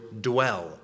dwell